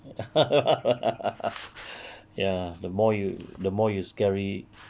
ya the more you the more you scary